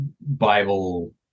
Bible